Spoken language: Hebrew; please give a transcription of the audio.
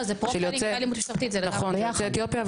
זה יוצאי אתיופיה,